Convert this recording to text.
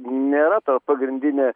nėra ta pagrindinė